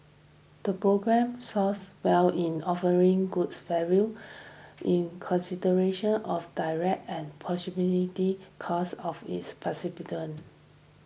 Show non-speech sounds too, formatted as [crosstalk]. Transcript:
the programme scored well in offering good value in consideration of direct and possibility costs of its [unintelligible]